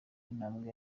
intambwe